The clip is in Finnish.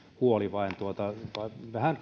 huoli vaan vähän